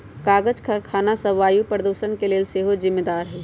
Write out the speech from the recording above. कागज करखना सभ वायु प्रदूषण के लेल सेहो जिम्मेदार हइ